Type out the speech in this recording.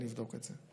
אני אבדוק את זה.